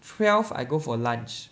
twelve I go for lunch